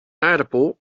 aardappel